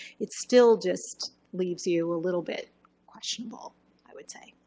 it still just leaves you a little bit questionable i would say.